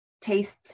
taste